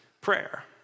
prayer